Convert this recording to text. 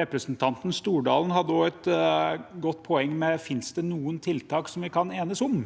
Representanten Stordalen hadde også et godt poeng: Finnes det noen tiltak som vi kan enes om?